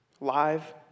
live